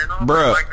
bro